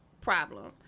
problem